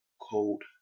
cold